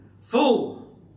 Full